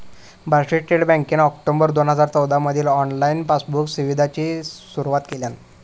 भारतीय स्टेट बँकेन ऑक्टोबर दोन हजार चौदामधी ऑनलाईन पासबुक सुविधेची सुरुवात केल्यान